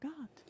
God